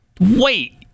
Wait